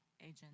agent